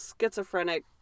schizophrenic